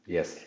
Yes